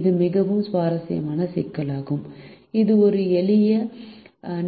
இது மிகவும் சுவாரஸ்யமான சிக்கலாகும் இது ஒரு எளிய